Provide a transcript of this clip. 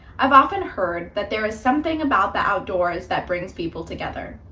i've often heard that there is something about the outdoors that brings people together.